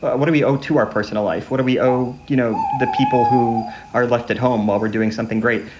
but what do we owe to our personal life? what do we owe you know the people who are left at home while we're doing something great?